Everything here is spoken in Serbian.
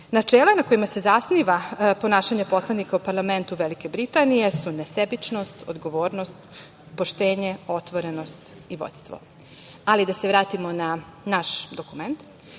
reši. Načela na kojima se zasniva ponašanje poslanika o parlamentu Velike Britanije su nesebičnost, odgovornost, poštenje, otvorenost i vođstvo. Ali, da se vratimo na naš